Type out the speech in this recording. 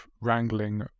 wrangling